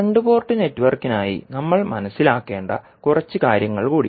2 port നെറ്റ്വർക്കിനായി നമ്മൾ മനസിലാക്കേണ്ട കുറച്ച് കാര്യങ്ങൾ കൂടി